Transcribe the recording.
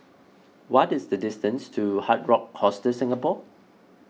what is the distance to Hard Rock Hostel Singapore